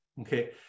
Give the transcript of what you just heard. Okay